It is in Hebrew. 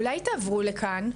אולי תעברו לכאן.